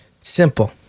Simple